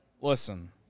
Listen